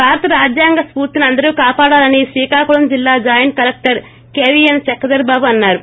భారత రాజ్యాంగ స్పూర్తిని అందరూ కాపాడాలని Srikakulam joint collector KVN Chakradharbabu అన్నారు